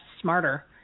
smarter